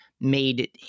made